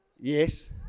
Yes